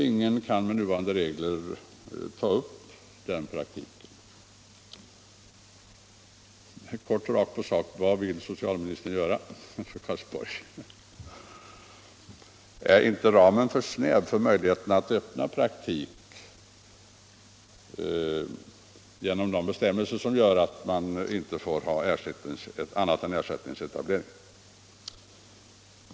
Ingen kan med nuvarande regler ta upp den praktiken. Alltså är f. n. en tjänst besatt av fem. Kort och rakt på sak: 2. Är inte ramen för snäv för möjligheterna att öppna praktik genom de bestämmelser som säger att man inte får tillåta andra än ersättningsetablerade? 3.